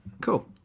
Cool